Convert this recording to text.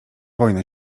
wojna